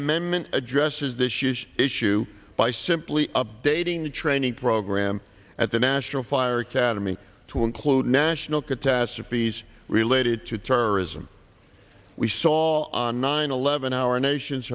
amendment addresses this huge issue by simply updating the training program at the national fire academy to include national catastrophes related to terrorism we saw on nine eleven our nation's